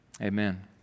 amen